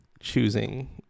choosing